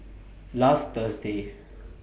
last Thursday